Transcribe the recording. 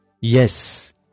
Yes